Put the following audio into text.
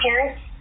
parents